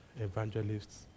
evangelists